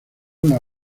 una